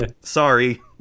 sorry